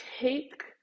take